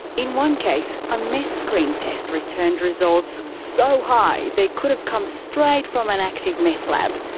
in one case, a meth screen test returned results so high they could have come straight from an active meth lab.